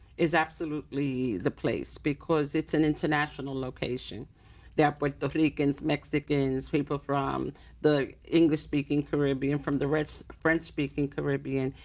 is absolutely the place because it's an international location that puerto ricans, mexicans, people from the english speaking caribbean, from the red so french speaking caribbean,